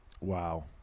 Wow